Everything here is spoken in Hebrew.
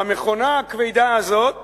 והמכונה הכבדה הזאת